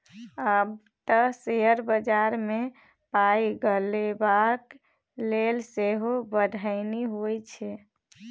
आब तँ शेयर बजारमे पाय लगेबाक लेल सेहो पढ़ौनी होए छै